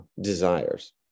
desires